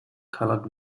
colored